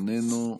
איננו,